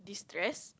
stress